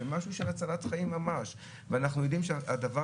זה משהו של הצלת חיים ממש ואנחנו יודעים שהדבר